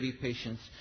patients